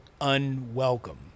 unwelcome